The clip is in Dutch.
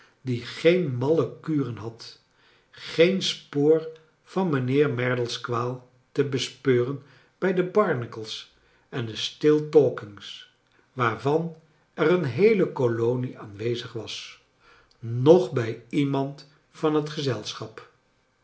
die geea malle kuren had geea spoor vaa mijaheer merdle's kwaal te bespeurea bij de barnacles en de stiltalkings waarvaa er eea lieele kolonie aanwezig was noch bij iemand van het gezelschap